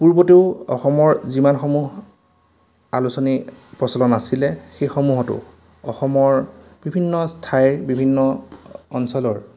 পূৰ্বতেও অসমৰ যিমানসমূহ আলোচনী প্ৰচলন আছিলে সেইসমূহতো অসমৰ বিভিন্ন ঠাইৰ বিভিন্ন অঞ্চলৰ